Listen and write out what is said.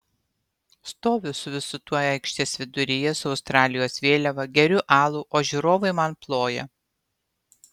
stoviu su visu tuo aikštės viduryje su australijos vėliava geriu alų o žiūrovai man ploja